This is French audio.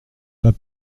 pas